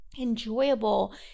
enjoyable